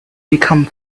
become